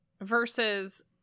versus